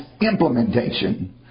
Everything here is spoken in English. implementation